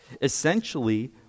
Essentially